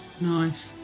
Nice